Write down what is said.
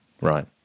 right